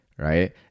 Right